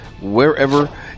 wherever